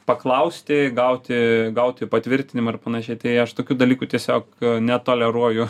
paklausti gauti gauti patvirtinimą ir panašiai tai aš tokių dalykų tiesiog netoleruoju